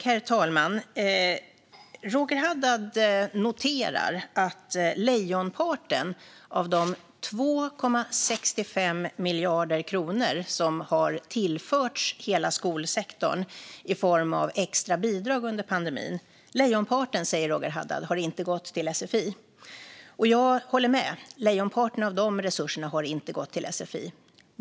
Herr talman! Roger Haddad noterar att lejonparten av de 2,65 miljarder kronor som har tillförts hela skolsektorn i form av extra bidrag under pandemin inte har gått till sfi. Jag håller med; lejonparten av dessa resurser har inte gått till sfi.